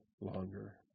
longer